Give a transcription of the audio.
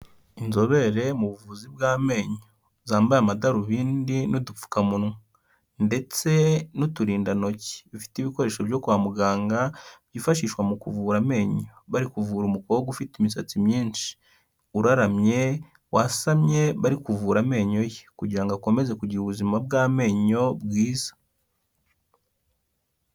Inzobere mu buvuzi bw'amenyo, zambaye amadarubindi n'udupfukamunwa ndetse n'uturindantoki, bifite ibikoresho byo kwa muganga byifashishwa mu kuvura amenyo, bari kuvura umukobwa ufite imisatsi myinshi, uraramye, wasamye bari kuvura amenyo ye kugira ngo akomeze kugira ubuzima bw'amenyo bwiza.